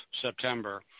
September